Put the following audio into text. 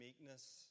meekness